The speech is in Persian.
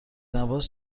نواز